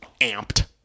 amped